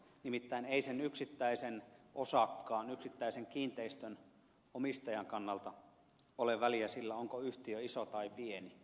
nimittäin ei sen yksittäisen osakkaan yksittäisen kiinteistönomistajan kannalta ole väliä sillä onko yhtiö iso tai pieni